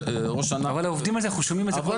אבל ה"עובדים על זה", אנחנו שומעים את זה כל יום,